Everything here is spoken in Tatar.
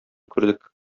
күрдек